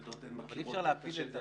לא כולן יכולות.